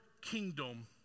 kingdom